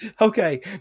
okay